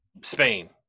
spain